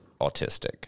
autistic